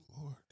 Lord